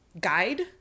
guide